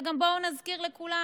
וגם בואו נזכיר לכולם: